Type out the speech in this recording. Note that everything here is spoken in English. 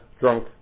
drunk